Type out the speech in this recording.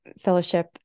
fellowship